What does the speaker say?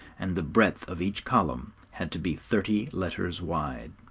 and the breadth of each column had to be thirty letters wide.